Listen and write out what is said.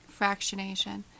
Fractionation